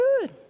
good